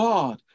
God